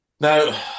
Now